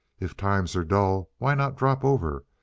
if times are dull, why not drop over?